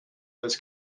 this